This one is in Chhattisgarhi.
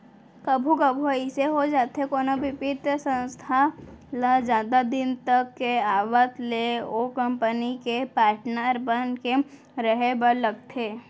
कभू कभू अइसे हो जाथे कोनो बित्तीय संस्था ल जादा दिन तक के आवत ले ओ कंपनी के पाटनर बन के रहें बर लगथे